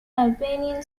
albanian